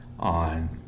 on